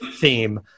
theme